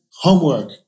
homework